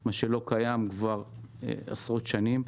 מה שלא קיים כבר עשרות שנים.